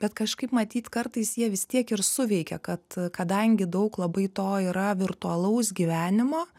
bet kažkaip matyt kartais jie vis tiek ir suveikia kad kadangi daug labai to yra virtualaus gyvenimo